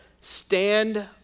stand